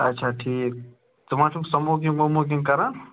اَچھا ٹھیٖک ژٕ ما چھُکھ سَموکِنٛگ وَموکِنٛگ کَران